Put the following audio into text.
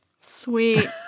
Sweet